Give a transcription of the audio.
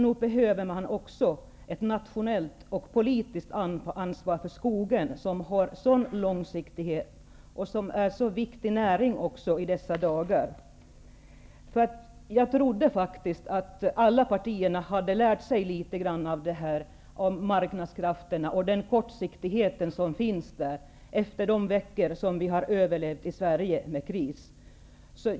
Nog behöver vi också ett nationellt och politiskt ansvar för skogen, som har en sådan långsiktighet och som är en så viktig näring i dessa dagar. Jag trodde faktiskt att alla partier hade lärt sig litet grand av marknadskrafterna och den kortsiktighet som de innebär efter de veckor av kris som vi har överlevt i Sverige.